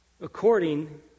According